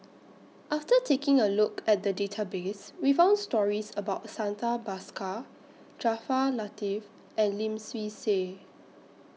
after taking A Look At The Database We found stories about Santha Bhaskar Jaafar Latiff and Lim Swee Say